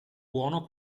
buono